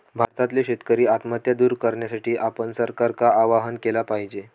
भारतातल्यो शेतकरी आत्महत्या दूर करण्यासाठी आपण सरकारका आवाहन केला पाहिजे